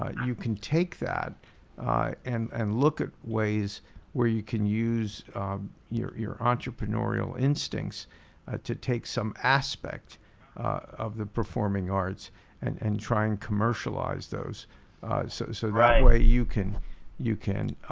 ah you can take that and and look at ways where you can use your your entrepreneurial instincts to take some aspect of the performing arts and and try and commercialize those so so that way you can you can